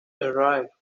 arrive